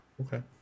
Okay